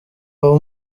aho